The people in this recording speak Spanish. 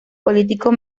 político